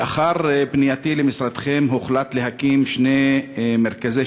לאחר פנייתי למשרדכם הוחלט להקים שני מרכזי